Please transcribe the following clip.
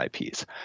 IPs